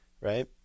Right